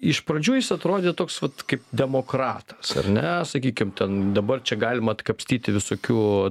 iš pradžių jis atrodė toks vat kaip demokratas ar ne sakykim ten dabar čia galima atkapstyti visokių